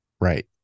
Right